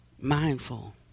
mindful